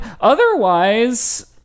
otherwise